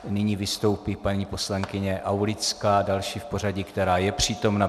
Nyní vystoupí paní poslankyně Aulická, další v pořadí, která je přítomna.